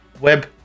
web